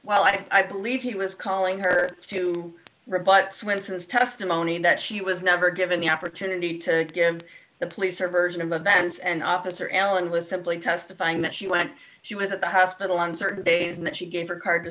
well i believe he was calling her to rebut swenson's testimony that she was never given the opportunity to give the police her version of events and officer allen was simply testifying that she when she was at the hospital on certain days and that she gave her a card to